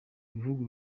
bihugu